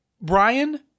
Brian